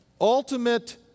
ultimate